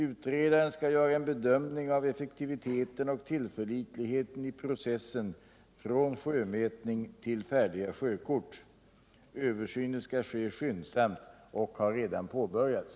Utredaren skall göra en bedömning av effektiviteten och tillförlitligheten i processen från sjömätning till färdiga sjökort. Översynen skall ske skyndsamt och har redan påbörjats.